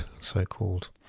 so-called